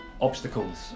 obstacles